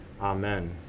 Amen